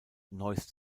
neuss